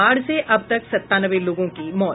बाढ़ से अब तक संतानवे लोगों की मौत